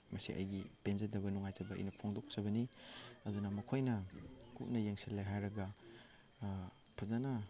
ꯃꯁꯤ ꯑꯩꯒꯤ ꯄꯦꯟꯖꯗꯕ ꯅꯨꯡꯉꯥꯏꯖꯕ ꯑꯩꯅ ꯐꯣꯡꯗꯣꯛꯆꯕꯅꯤ ꯑꯗꯨꯅ ꯃꯈꯣꯏꯅ ꯀꯨꯞꯅ ꯌꯦꯡꯁꯤꯜꯂꯦ ꯍꯥꯏꯔꯒ ꯐꯖꯅ